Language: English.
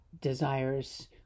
desires